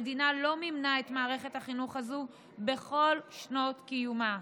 המדינה לא מימנה את מערכת החינוך הזו בכל שנות קיומה,